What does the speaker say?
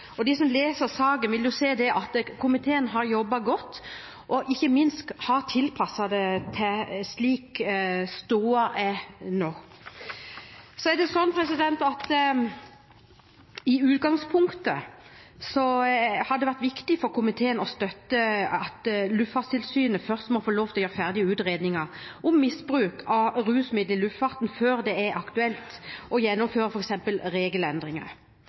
på. De som leser saken, vil se at komiteen har jobbet godt, og ikke minst har tilpasset det til stoda slik den er nå. Så har det i utgangspunktet vært viktig for komiteen å støtte at Luftfartstilsynet først må få lov til å gjøre ferdig utredningen om misbruk av rusmidler i luftfarten før det er aktuelt å gjennomføre f.eks. regelendringer.